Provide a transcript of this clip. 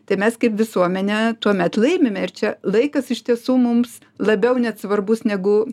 tai mes kaip visuomenė tuomet laimime ir čia laikas iš tiesų mums labiau net svarbus negu